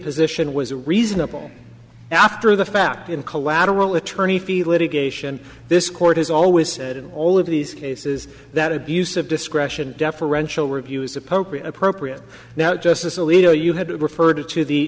position was reasonable after the fact in collateral attorney feed litigation this court has always said in all of these cases that abuse of discretion deferential reviews appropriate appropriate now justice alito you had referred to the